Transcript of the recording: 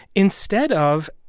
instead of